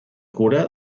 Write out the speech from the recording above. cura